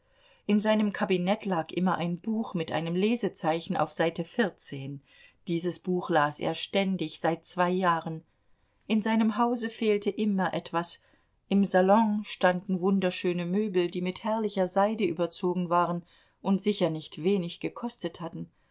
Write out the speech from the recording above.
in seinem kabinett lag immer ein buch mit einem lesezeichen auf seite vierzehn dieses buch las er ständig seit zwei jahren in seinem hause fehlte immer etwas im salon standen wunderschöne möbel die mit herrlicher seide überzogen waren und sicher nicht wenig gekostet hatten